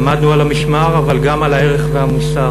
עמדנו על המשמר, אבל גם על הערך והמוסר.